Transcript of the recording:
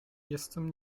jestem